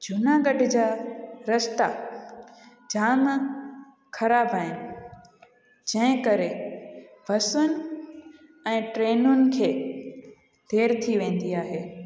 जूनागढ़ जा रस्ता जाम ख़राबु आहिनि जंहिं करे बसियुनि ऐं ट्रेनियुनि खे देर थी वेंदी आहे